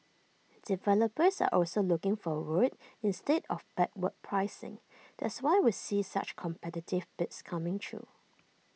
developers are also looking forward instead of backward pricing that's why we see such competitive bids coming through